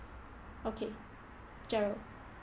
okay jerald